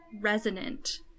resonant